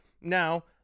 Now